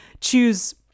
choose